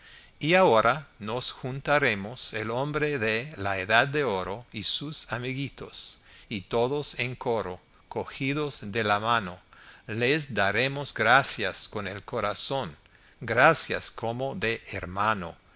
y ahora nos juntaremos el hombre de la edad de oro y sus amiguitos y todos en coro cogidos de la mano les daremos gracias con el corazón gracias como de hermano